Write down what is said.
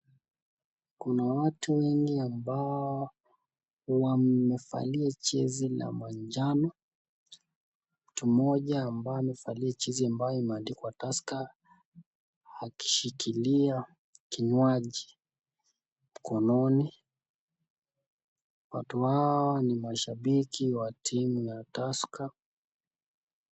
Kuna watu wengi ambao wamevalia jezi la manjano mtu mmoja ambaye amevalia jezi ambayo imeandikwa tusker akishikilia kinywaji mkononi watu hawa ni mashabiki wa timu ya tusker.